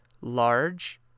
large